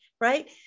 right